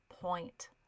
point